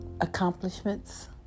accomplishments